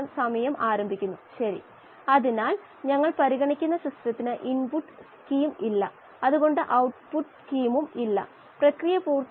m ഭിന്നസംഖ്യാഛേദമായത് കൊണ്ട് ഇത് അവഗണിക്കാം മറ്റ് വിലകളെ അപേക്ഷിച്ച് ഇത് വളരെ വലുതാണ്